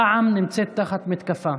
רע"מ נמצאת תחת מתקפה.